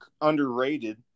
underrated